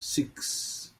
six